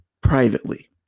privately